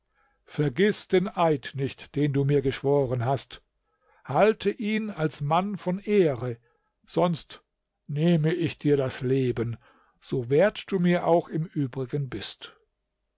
vergiß den eid nicht den du mir geschworen hast halte ihn als mann von ehre sonst nehme ich dir das leben so wert du mir auch im übrigen bist